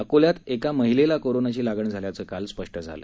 अकोल्यात एका महिलेला कोरनाची लागण झाल्याचं काल स्पष्ट झालं